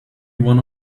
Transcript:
one